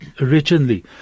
Originally